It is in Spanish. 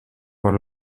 por